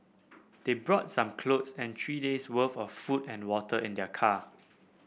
they brought some clothes and three days worth of food and water in their car